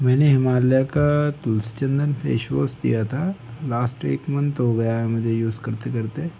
मैंने हिमालय का तुलसी चंदन फेस वोश लिया था लास्ट एक मंथ हो गया है मुझे यूज करते करते